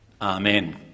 Amen